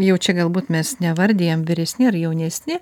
jau čia galbūt mes nevardijam vyresni ar jaunesni